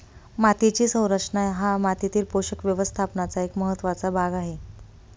मातीची संरचना हा मातीतील पोषक व्यवस्थापनाचा एक महत्त्वाचा भाग आहे